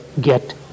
get